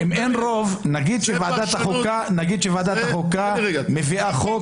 נגיד שוועדת החוקה מביאה חוק,